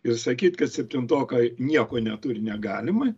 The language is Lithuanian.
ir sakyt kad septintokai nieko neturi negalima